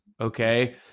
okay